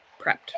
prepped